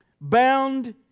bound